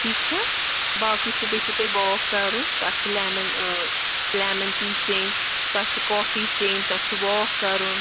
ٹھیٖک چھا باقٕے چھُ بیٚیہِ چھُو تۄہہِ واک کَرُن پتہٕ چھُ لٮ۪من لٮ۪من ٹی چیٚنۍ تَتھ چھِ کافی چیٚنۍ تَتھ چھُ واک کَرُن